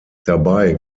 dabei